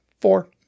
four